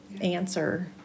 answer